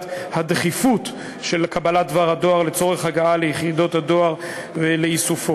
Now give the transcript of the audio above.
הדחיפות של קבלת דבר הדואר לצורך הגעה ליחידות הדואר לאיסופו.